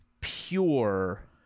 pure